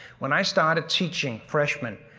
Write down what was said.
when i started teaching freshman,